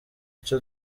icyo